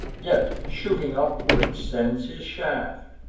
yet, shooting upward, sends his shaft,